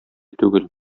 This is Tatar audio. түгел